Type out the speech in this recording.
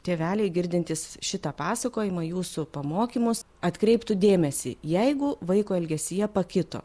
tėveliai girdintys šitą pasakojimą jūsų pamokymus atkreiptų dėmesį jeigu vaiko elgesyje pakito